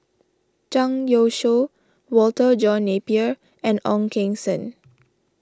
Zhang Youshuo Walter John Napier and Ong Keng Sen